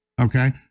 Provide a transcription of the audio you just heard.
Okay